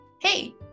hey